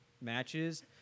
matches